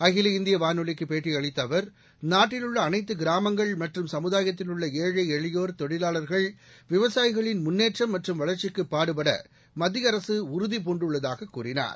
அகில இந்திய வானொலிக்கு பேட்டியளித்த அவர் நாட்டில் உள்ள அனைத்து கிராமங்கள் மற்றும் சமுதாயத்தில் உள்ள ஏழை எளியோர் தொழிலாளர்கள் விவசாயிகளின் முன்னேற்றம் மற்றும் வளர்ச்சிக்கு பாடுபட மத்திய அரசு உறுதிபூண்டுள்ளதாக கூறினார்